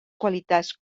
qualitats